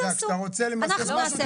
אנחנו נעשה.